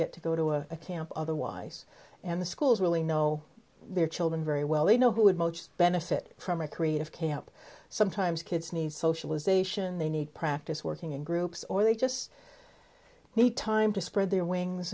get to go to a camp otherwise and the schools really know their children very well they know who would benefit from a creative camp sometimes kids need socialization they need practice working in groups or they just need time to spread their wings